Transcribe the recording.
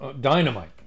dynamite